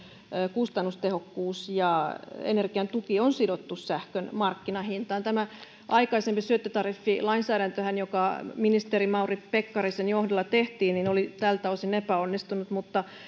kustannustehokkuus ja energian tuki on sidottu sähkön markkinahintaan tämä aikaisempi syöttötariffilainsäädäntö joka ministeri mauri pekkarisen johdolla tehtiin oli tältä osin epäonnistunut mutta